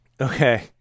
Okay